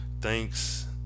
thanks